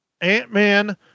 Ant-Man